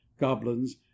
goblins